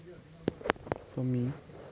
for me